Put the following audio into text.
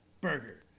burger